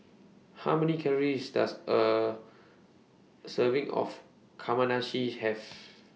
How Many Calories Does A Serving of Kamameshi Have